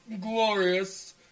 glorious